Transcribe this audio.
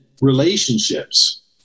relationships